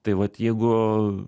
tai vat jeigu